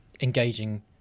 engaging